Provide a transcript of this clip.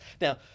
Now